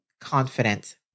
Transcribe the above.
confident